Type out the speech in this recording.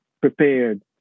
prepared